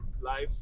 life